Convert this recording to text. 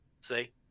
See